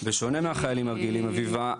בשונה מהחיילים הרגילים אביבה,